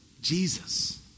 Jesus